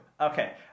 Okay